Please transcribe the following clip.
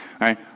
right